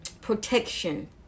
protection